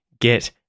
Get